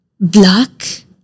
black